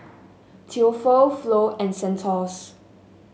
Theophile Flo and Santos